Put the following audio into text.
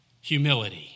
humility